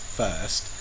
first